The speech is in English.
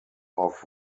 off